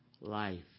life